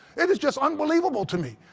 it is just unbelievable to me.